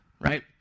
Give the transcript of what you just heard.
Right